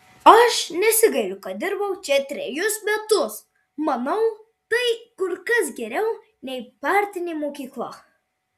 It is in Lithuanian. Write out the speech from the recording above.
aš nesigailiu kad dirbau čia trejus metus manau tai kur kas geriau nei partinė mokykla